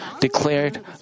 declared